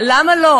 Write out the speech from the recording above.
למה לא?